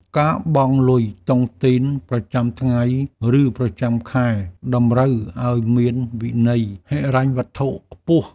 ការបង់លុយតុងទីនប្រចាំថ្ងៃ ឬប្រចាំខែ តម្រូវឱ្យមានវិន័យហិរញ្ញវត្ថុខ្ពស់។